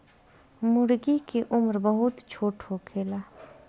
मूर्गी के उम्र बहुत छोट होखेला